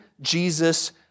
Jesus